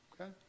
Okay